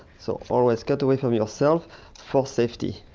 so always cut away from yourself for safety.